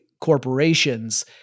corporations